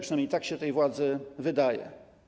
Przynajmniej tak się tej władzy wydaje.